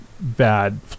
bad